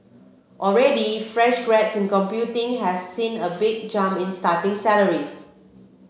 already fresh grads in computing have seen a big jump in starting salaries